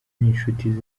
n’inshuti